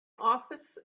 office